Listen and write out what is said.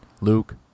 Luke